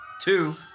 two